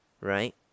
Right